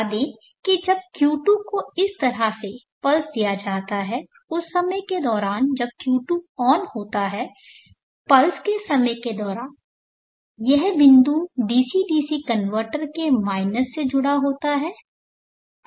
बता दें कि जब Q2 को इस तरह से पल्स दिया जाता है उस समय के दौरान जब Q2 ऑन होता है पल्स के समय के दौरान यह बिंदु डीसी डीसी कनवर्टर के माइनस से जुड़ा होता है